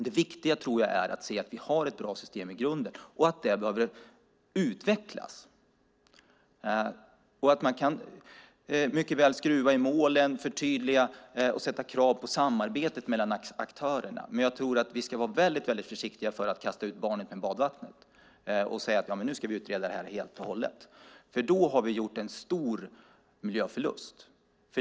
Det viktiga tycker jag är att vi har ett bra system i grunden och att det behöver utvecklas. Man kan mycket väl skruva i målen, förtydliga och sätta krav på samarbetet mellan aktörerna. Men jag tror att vi ska vara väldigt försiktiga med att kasta ut barnet med badvattnet och säga att vi ska utreda detta helt och hållet. Då har vi gjort en stor miljöförlust.